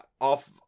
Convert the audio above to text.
off